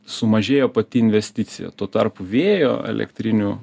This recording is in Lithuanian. sumažėjo pati investicija tuo tarpu vėjo elektrinių